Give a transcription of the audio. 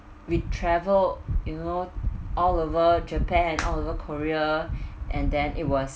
we travel you know all over japan and all over korea and then it was